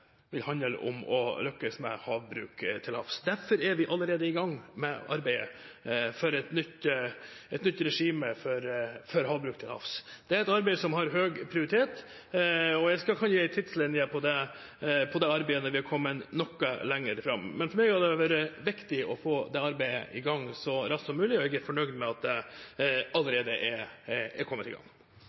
om å lykkes med havbruk til havs. Derfor er vi allerede i gang med arbeidet for et nytt regime for havbruk til havs. Det er et arbeid som har høy prioritet. Jeg kan gi en tidslinje på det arbeidet når vi er kommet noe lenger fram. For meg har det vært viktig å få det arbeidet i gang så raskt som mulig, og jeg er fornøyd med at det allerede er kommet i gang.